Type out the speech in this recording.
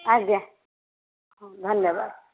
ଆଜ୍ଞା ହଁ ଧନ୍ୟବାଦ